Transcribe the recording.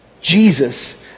Jesus